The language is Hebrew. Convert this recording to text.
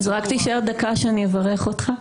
רק תישאר דקה שאני אברך אותך.